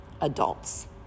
adults